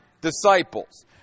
disciples